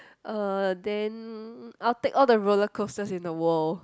uh then I will take all the roller coasters in the world